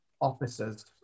officers